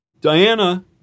Diana